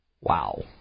Wow